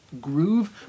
groove